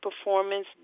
Performance